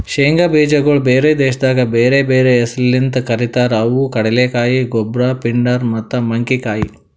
ಶೇಂಗಾ ಬೀಜಗೊಳ್ ಬ್ಯಾರೆ ದೇಶದಾಗ್ ಬ್ಯಾರೆ ಬ್ಯಾರೆ ಹೆಸರ್ಲಿಂತ್ ಕರಿತಾರ್ ಅವು ಕಡಲೆಕಾಯಿ, ಗೊಬ್ರ, ಪಿಂಡಾರ್ ಮತ್ತ ಮಂಕಿಕಾಯಿ